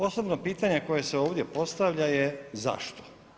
Osnovno pitanje koje se ovdje postavlja je zašto?